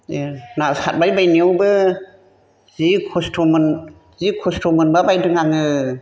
ना साथबाय बायनायावबो जि खस्थ'मोन जि खस्थ' मोनबाय बायदों आङो